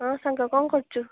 ହଁ ସାଙ୍ଗ କ'ଣ କରୁଛୁ